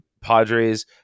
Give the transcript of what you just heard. Padres